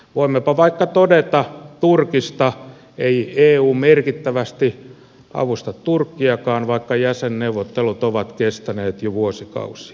voimmepa vaikka todeta turkista että ei eu merkittävästi avusta turkkiakaan vaikka jäsenneuvottelut ovat kestäneet jo vuosikausia